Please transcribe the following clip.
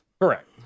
Correct